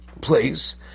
place